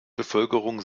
bevölkerung